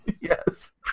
yes